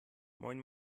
moin